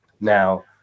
Now